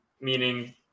Meaning